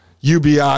UBI